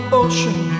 ocean